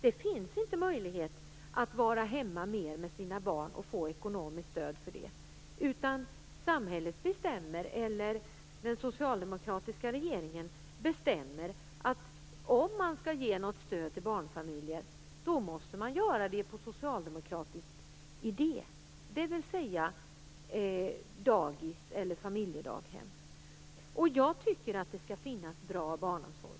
Det finns inte möjlighet att vara hemma längre tid med sina barn och få ekonomiskt stöd för det, utan den socialdemokratiska regeringen bestämmer att om barnfamiljer skall få stöd så måste de välja barnomsorg enligt socialdemokratisk idé, dvs. dagis eller familjedaghem. Jag tycker att det skall finnas bra barnomsorg.